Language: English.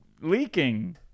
leaking